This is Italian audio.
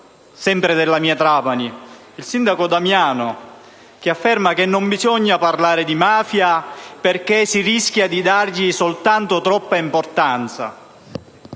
sindaco della mia Trapani, Vito Damiano, che afferma: «Non bisogna parlare di mafia, perché si rischia di dargli soltanto troppa importanza».